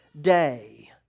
day